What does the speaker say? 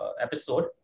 episode